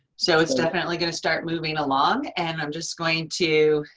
so it's definitely going to start moving along and i'm just going to,